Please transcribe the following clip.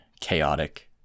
chaotic—